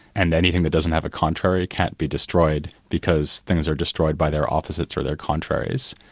and anything that doesn't have a contrary can't be destroyed, because things are destroyed by their opposites or their contraries,